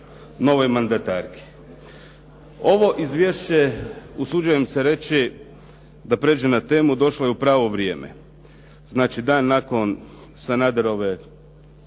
Ovo izvješće usuđujem se reći da pređem na temu došlo je u pravo vrijeme. Znači dan nakon Sanaderove